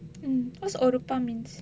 and what's ஒரப்பு:orappu means